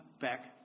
back